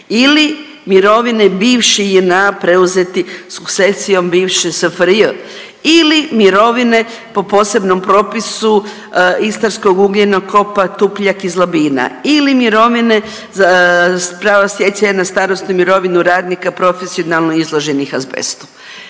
ili mirovine bivše JNA preuzeti sukcesijom bivše SFRJ ili mirovine po posebnom propisu Istarskog ugljenokopa Tupljak iz Labina ili mirovine za prava stjecanja na starosnu mirovinu radnika profesionalno izloženih azbestu.